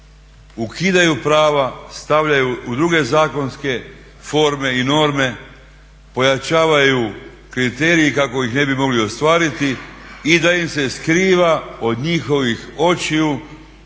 ukidaju prava, stavljaju u druge zakonske forme i norme, pojačavaju kriteriji kako ih ne bi mogli ostvariti i da im se skriva od njihovih očiju